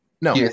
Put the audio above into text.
No